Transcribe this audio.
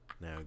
Now